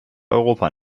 europa